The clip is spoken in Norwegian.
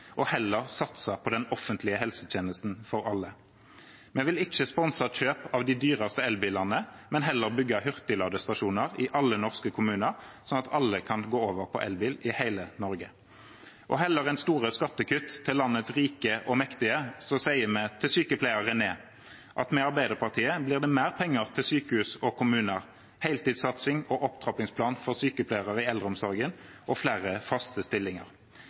og heller satse på den offentlige helsetjenesten for alle. Vi vil ikke sponse kjøp av de dyreste elbilene, men heller bygge hurtigladestasjoner i alle norske kommuner, sånn at alle kan gå over til elbil i hele Norge. Heller enn store skattekutt til landets rike og mektige sier vi til sykepleier Renee at med Arbeiderpartiet blir det mer penger til sykehus og kommuner, heltidssatsing og opptrappingsplan for sykepleiere i eldreomsorgen og flere faste stillinger.